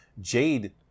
jade